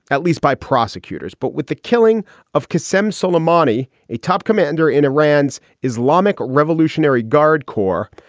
at least by prosecutors. but with the killing of ksm sulaimani, a top commander in iran's islamic revolutionary guard corps,